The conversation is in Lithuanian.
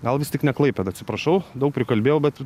gal vis tik ne klaipėda atsiprašau daug prikalbėjau bet